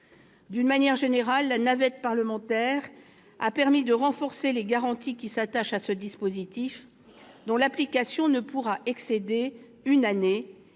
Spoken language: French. D'une manière générale, la navette parlementaire a permis de renforcer les garanties qui s'attachent à ce dispositif, dont l'application ne pourra excéder une année